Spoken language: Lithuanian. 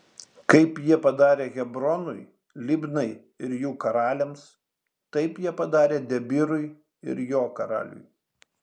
kaip jie padarė hebronui libnai ir jų karaliams taip jie padarė debyrui ir jo karaliui